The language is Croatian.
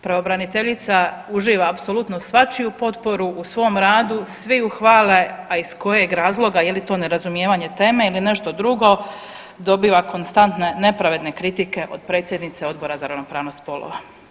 Pravobraniteljica uživa apsolutno svačiju potporu u svom radu, svi ju hvale, a iz kojeg razloga je li to nerazumijevanje teme ili nešto drugo dobiva konstantne nepravedne kritike od predsjednice Odbora za ravnopravnost spolova.